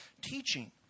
teaching